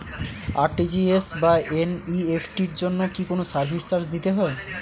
RTGS বা NEFT এর জন্য কি কোনো সার্ভিস চার্জ দিতে হয়?